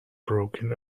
broken